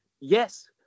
yes